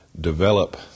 develop